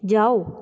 ਜਾਓ